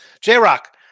J-Rock